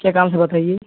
क्या काम है बताइए